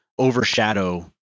overshadow